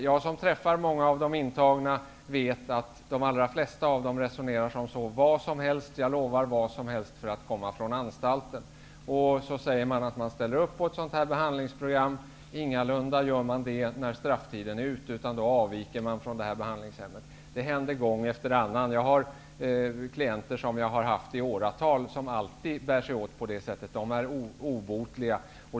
Jag träffar många av de intagna, och jag vet att de allra flesta av dem resonerar som följande. De lovar vad som helst för att få komma från anstalten. De säger att de ställer upp på ett behandlingsprogram. Ingalunda gör de det när strafftiden är ute. De avviker då från behandlingshemmet. Det händer gång efter annan. Jag har haft klienter som i åratal har burit sig åt så. De är obotliga.